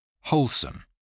Wholesome